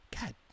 God